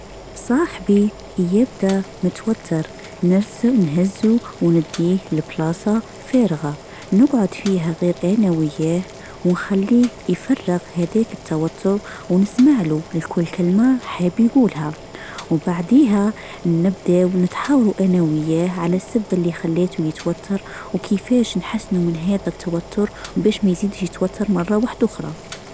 صاحبي كي يبدا متوتر نرس نهزه ونديه للبلاصه فارغه نقعد فيها غير انا وياه ونخليه يفرغ هذاك التوتر ونسمعله لكل كلمه حاب يجولها وبعديها نبدا انا وياه على السب اللي خليته يتوتر وكيفاش نحسن من هذا التوتر بش ما يزيد يتوتر مره واحده اخرى.